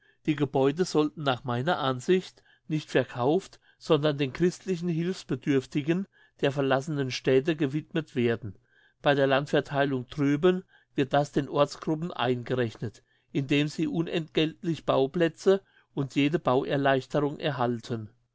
die gebäude sollten nach meiner ansicht nicht verkauft sondern den christlichen hilfsbedürftigen der verlassenen städte gewidmet werden bei der landvertheilung drüben wird das den ortsgruppen eingerechnet indem sie unentgeltlich bauplätze und jede bauerleichterung erhalten